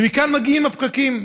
ומכאן מגיעים הפקקים,